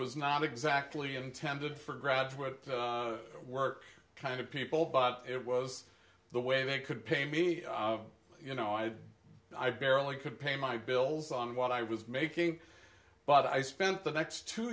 was not exactly intended for grads where the work kind of people but it was the way they could pay me you know i i barely could pay my bills on what i was making but i spent the next two